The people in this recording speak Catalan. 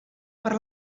per